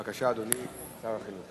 בבקשה, אדוני שר החינוך.